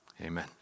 Amen